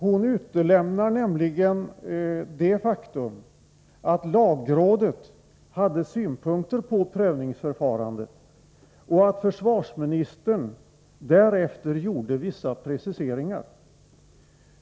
Hon utelämnar nämligen det faktum att lagrådet hade synpunkter på prövningsförfarandet och att försvarsministern därefter gjorde vissa preciseringar.